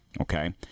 Okay